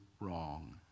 wrong